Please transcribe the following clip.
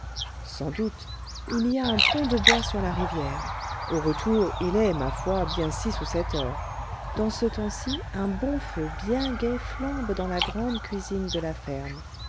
sans doute il y a un pont de bois sur la rivière au retour il est ma foi bien six ou sept heures dans ce temps-ci un bon feu bien gai flambe dans la grande cuisine de la ferme